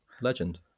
legend